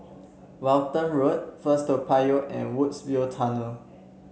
Walton Road First Toa Payoh and Woodsville Tunnel